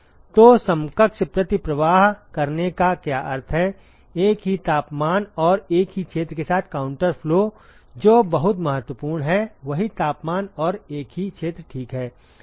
तो समकक्ष प्रति प्रवाह कहने का क्या अर्थ है एक ही तापमान और एक ही क्षेत्र के साथ काउंटर फ्लो जो बहुत महत्वपूर्ण है वही तापमान और एक ही क्षेत्र ठीक है